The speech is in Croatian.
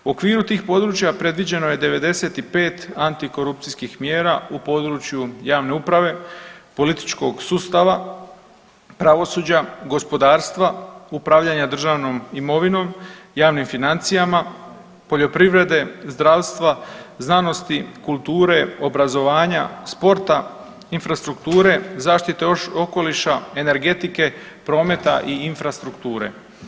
U okviru tih područja predviđeno je 95 antikorupcijskih mjera u području javne uprave, političkog sustava, pravosuđa, gospodarstva, upravljanja državnom imovinom, javnim financijama, poljoprivrede, zdravstva, znanosti, kulture, obrazovanja, sporta, infrastrukture, zaštite okoliša, energetike, prometa i infrastrukture.